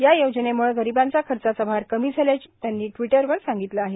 या योजनेमुळे गरीबांचा खर्चाचा भार कमी झाल्याच त्यांनी ट्विटर वर सांगितलं आहे